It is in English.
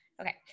Okay